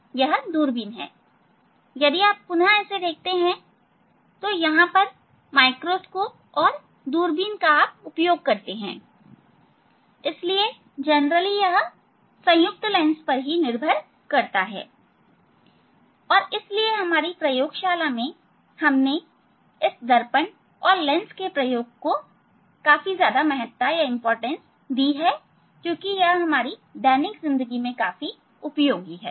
यह दूरबीन है यदि आप पुनः इसे देखते हैं तोयहां हम माइक्रोस्कोप और दूरबीन का उपयोग करते हैं इसलिए यह साधारण रूप से संयुक्त लेंस पर निर्भर करते हैं और इसलिए हमारे प्रयोगशाला में हमने इस दर्पण और लेंस के प्रयोग को को महत्ता दी है जो हमारी दैनिक जिंदगी में बहुत उपयोगी है